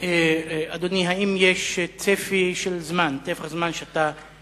אדוני, האם יש צפי של זמן, אני